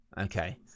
Okay